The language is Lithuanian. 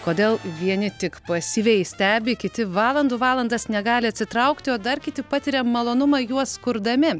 kodėl vieni tik pasyviai stebi kiti valandų valandas negali atsitraukti o dar kiti patiria malonumą juos kurdami